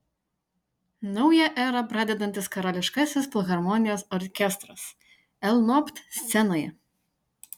naują erą pradedantis karališkasis filharmonijos orkestras lnobt scenoje